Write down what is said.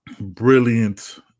brilliant